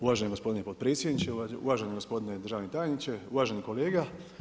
Uvaženi gospodine potpredsjedniče, uvaženi gospodine državni tajniče, uvaženi kolega.